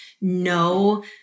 no